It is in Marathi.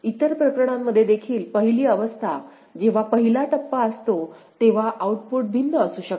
इतर प्रकरणांमध्ये देखील पहिली अवस्था जेव्हा पहिला टप्पा असतो तेव्हा आउटपुट भिन्न असू शकते